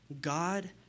God